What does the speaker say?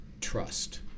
Trust